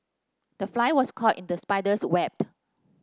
the fly was caught in the spider's web